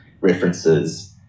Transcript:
references